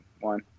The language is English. one